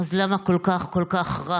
אז למה כל כך כל כך רע?